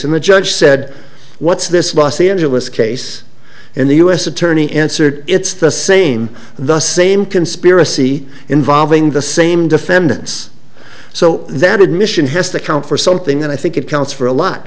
and the job said what's this was the angelus case and the u s attorney answered it's the same the same conspiracy involving the same defendants so that admission has to count for something and i think it counts for a lot